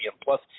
Plus